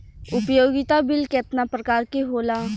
उपयोगिता बिल केतना प्रकार के होला?